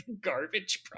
garbage